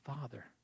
Father